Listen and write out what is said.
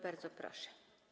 Bardzo proszę.